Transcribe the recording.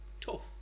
tough